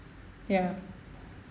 ya